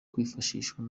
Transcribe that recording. kwifashishwa